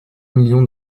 million